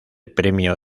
premio